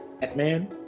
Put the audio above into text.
Batman